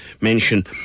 mention